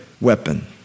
weapon